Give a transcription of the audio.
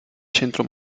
centro